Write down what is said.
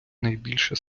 найбільше